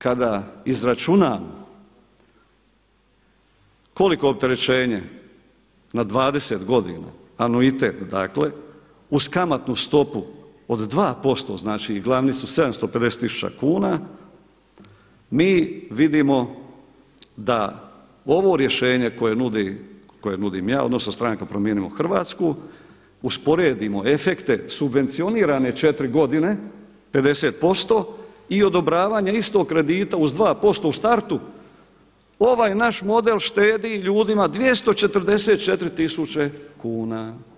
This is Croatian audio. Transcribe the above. Kada izračunamo koliko opterećenje na 20 godina anuitet uz kamatnu stopu od 2% i glavnicu 750 tisuća kuna, mi vidimo da ovo rješenje koje nudim ja odnosno stranka Promijenimo Hrvatsku, usporedimo efekte subvencionirane četiri godine 50% i odobravanje istog kredita uz 2% u startu ovaj naš model štedi ljudima 244 tisuće kuna.